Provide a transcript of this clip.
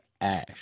ash